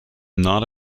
not